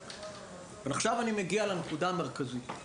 עכשיו אני מגיע לנקודה המרכזית: